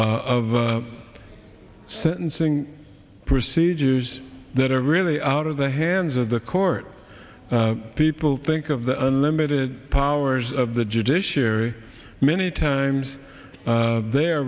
of sentencing procedures that are really out of the hands of the court people think of the unlimited powers of the judiciary many times they're